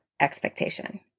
expectation